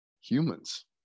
humans